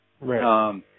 Right